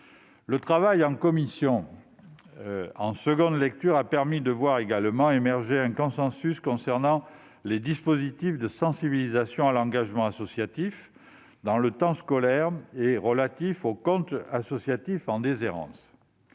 à l'occasion de la deuxième lecture permet également de voir émerger un consensus concernant les dispositifs de sensibilisation à l'engagement associatif dans le temps scolaire et relatifs aux comptes associatifs en déshérence.